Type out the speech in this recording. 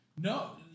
No